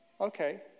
Okay